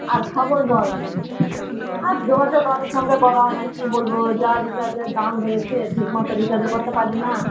আর খবর বল আর যোগাযোগ কারোর সঙ্গে করা হয় না কী বলবো যা রিচার্জের দাম বেড়েছে ঠিক মতো রিচার্জও করতে পারি না